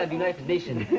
ah united nations